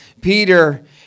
Peter